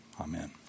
amen